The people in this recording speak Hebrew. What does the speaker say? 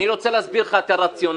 אני רוצה להסביר לך את הרציונל.